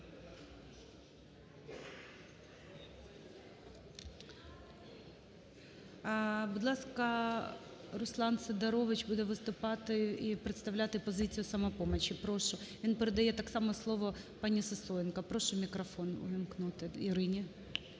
Будь ласка, Руслан Сидорович буде виступати і представляти позицію "Самопомочі". Прошу. Він передає так само слово пані Сисоєнко. Прошу мікрофон увімкнути Ірині.